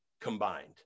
combined